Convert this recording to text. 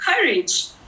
courage